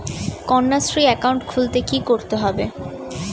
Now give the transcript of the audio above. Kanyashree account খুলতে কী করতে হবে?